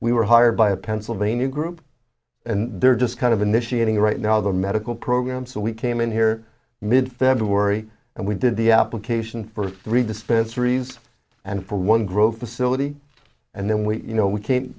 we were hired by a pennsylvania group and they're just kind of initiating right now the medical program so we came in here mid february and we did the application for three dispensary and for one grow facility and then we you know we